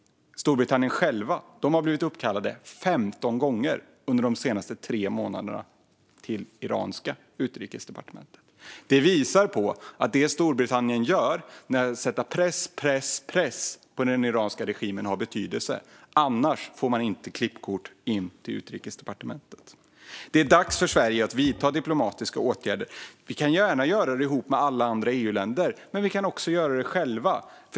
Storbritannien själva har blivit uppkallade 15 gånger under de senaste tre månaderna till det iranska utrikesdepartementet. Detta visar att det som Storbritannien gör, nämligen sätter press på den iranska regimen, har betydelse. Annars får man inte klippkort till utrikesdepartementet. Det är dags för Sverige att vidta diplomatiska åtgärder. Vi kan gärna göra detta ihop med alla andra EU-länder, men vi kan också göra det ensamma.